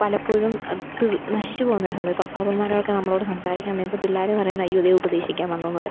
പലപ്പോഴും അത് നശിച്ചു പോവുന്ന സമയം ഇപ്പോള് അപ്പാപ്പന്മാരൊക്കെ നമ്മളോട് സംസാരിക്കാൻ വരുമ്പോള് പിള്ളേര് പറയുന്നയ്യോ ദേ ഉപദേശിക്കാന് വന്നു എന്ന് പറയും